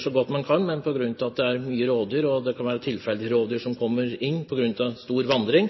så godt man kan. Men på grunn av at det er mye rovdyr – og det kan være tilfeldige rovdyr som kommer inn på grunn av stor vandring